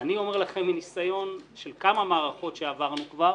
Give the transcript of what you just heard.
אני אומר לכם מניסיון של כמה מערכות שעברנו כבר,